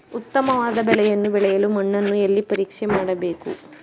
ಉತ್ತಮವಾದ ಬೆಳೆಯನ್ನು ಬೆಳೆಯಲು ಮಣ್ಣನ್ನು ಎಲ್ಲಿ ಪರೀಕ್ಷೆ ಮಾಡಬೇಕು?